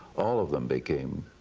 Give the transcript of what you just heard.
all of them became